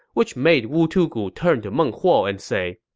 which made wu tugu turn to meng huo and say,